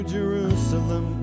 Jerusalem